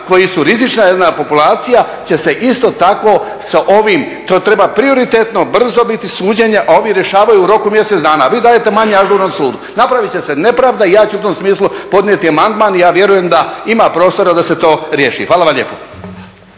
koji su rizična jedna populacija će se isto tako sa ovim. To treba prioritetno, brzo biti suđenje, a ovi rješavaju u roku od mjesec dana, a vi dajte manje ažurnom sudu. Napravit će se nepravda i ja ću u tom smislu podnijeti amandman. I ja vjerujem da ima prostora da se to riješi. Hvala vam lijepo.